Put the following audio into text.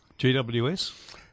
GWS